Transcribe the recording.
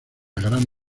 gran